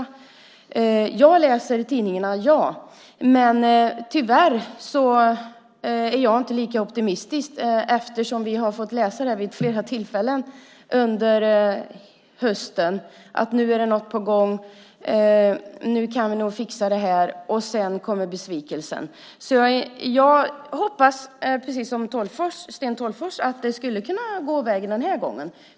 Ja, jag läser tidningarna. Men tyvärr är jag inte lika optimistisk. Vi har fått läsa vid flera tillfällen under hösten att det nu är något på gång, att vi nog kan fixa det här nu. Sedan kommer besvikelsen. Jag hoppas precis som Sten Tolgfors att det skulle kunna gå vägen den är gången.